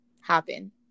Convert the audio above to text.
happen